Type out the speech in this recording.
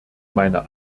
meine